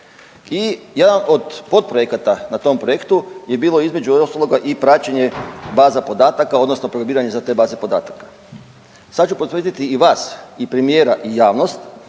i jedan od podprojekata na tom projektu je bilo između ostaloga i praćenje baza podataka odnosno … za te baze podataka. Sad ću potvrditi i vas i premijera i javnost